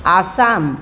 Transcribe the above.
Assam